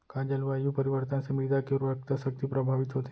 का जलवायु परिवर्तन से मृदा के उर्वरकता शक्ति प्रभावित होथे?